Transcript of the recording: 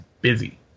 busy